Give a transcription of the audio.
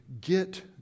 get